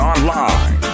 Online